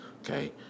Okay